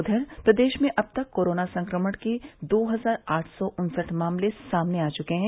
उधर प्रदेश में अब तक कोरोना संक्रमण के दो हजार आठ सौ उन्सठ मामले सामने आ चुके हैं